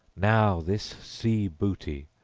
now, this sea-booty,